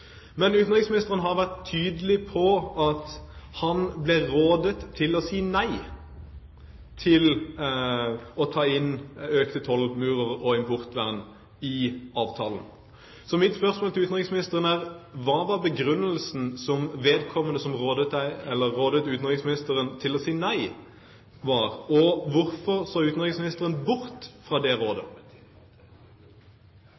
Men utenriksministeren har vært tydelig på at han ble rådet til å si nei til å ta økte tollmurer og importvern inn i avtalen. Så mine spørsmål til utenriksministeren er: Hva var begrunnelsen til vedkommende som rådet utenriksministeren til å si nei? Hvorfor så utenriksministeren bort fra det rådet?